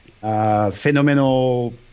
Phenomenal